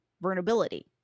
vulnerability